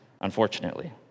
unfortunately